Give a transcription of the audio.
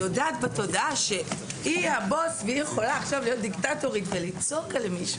יודעת בתודעה שהיא הבוס והיא יכולה עכשיו להיות דיקטטורית ולצעוק על מישהו,